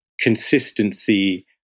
consistency